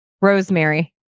rosemary